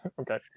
Okay